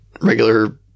regular